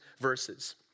verses